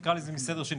נקרא לזה "מסדר שני".